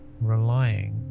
relying